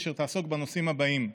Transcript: אשר תעסוק בנושאים הבאים: